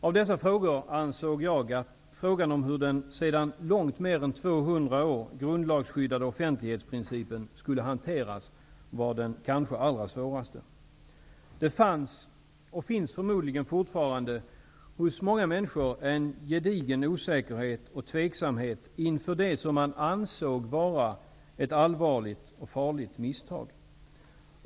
Av dessa frågor ansåg jag att frågan om hur den sedan långt mer än 200 år grundlagsskyddade offentlighetsprincipen skulle hanteras var den kanske allra svåraste frågan. Det fanns, och finns förmodligen fortfarande, hos många människor en gedigen osäkerhet och tveksamhet inför det som man ansåg vara ett allvarligt och farligt misstag.